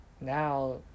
now